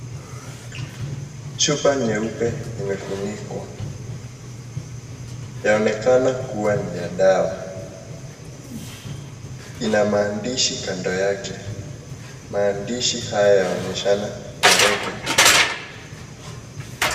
Chupa nyeupe imefunikwa. Yaonekana kuwa ni ya dawa. Ina maandishi kando yake. Maandishi haya yaoneshana tarehe.